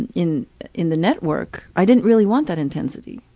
and in in the network, i didn't really want that intensity,